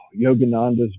Yogananda's